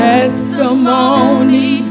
Testimony